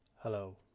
hello